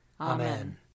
Amen